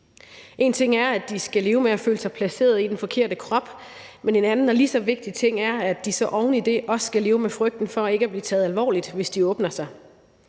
En ting er, at de skal leve med at føle sig placeret i den forkerte krop, men en anden og lige så vigtig ting er, at de så oven i det også skal leve med frygten for ikke at blive taget alvorligt, hvis de åbner sig.